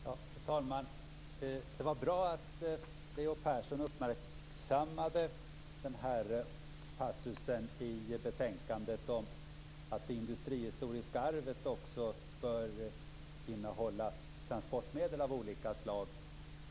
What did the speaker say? Fru talman! Det var bra att Leo Persson uppmärksammade passusen i betänkandet om att det industrihistoriska arvet också bör innehålla transportmedel av olika slag.